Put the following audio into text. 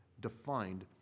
defined